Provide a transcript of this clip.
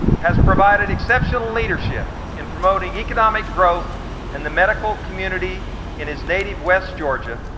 has provided exceptional leadership in promoting economic growth in the medical community in his native west georgia,